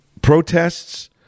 Protests